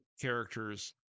characters